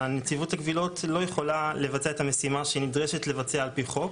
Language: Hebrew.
נציבות הקבילות לא יכולה לבצע את המשימה שהיא נדרשת לבצע על פי חוק,